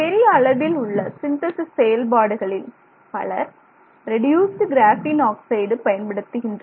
பெரிய அளவில் உள்ள சிந்தேசிஸ் செயல்பாடுகளில் பலர் ரெடியூசுடு கிராஃபீன் ஆக்சைடு பயன்படுத்துகின்றனர்